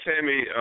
Tammy